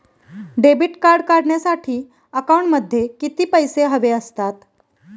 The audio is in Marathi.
डेबिट कार्ड काढण्यासाठी अकाउंटमध्ये किती पैसे हवे असतात?